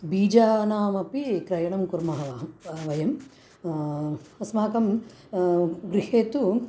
बीजानामपि क्रयणं कुर्मः वयम् अस्माकं गृहे तु